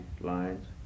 lines